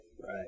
Right